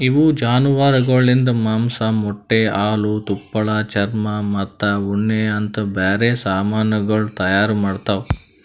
ಇವು ಜಾನುವಾರುಗೊಳಿಂದ್ ಮಾಂಸ, ಮೊಟ್ಟೆ, ಹಾಲು, ತುಪ್ಪಳ, ಚರ್ಮ ಮತ್ತ ಉಣ್ಣೆ ಅಂತ್ ಬ್ಯಾರೆ ಸಮಾನಗೊಳ್ ತೈಯಾರ್ ಮಾಡ್ತಾವ್